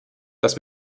dass